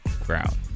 ground